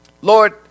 Lord